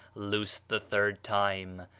loosed the third time,